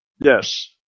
yes